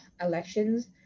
elections